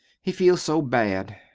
he feels so bad.